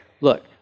look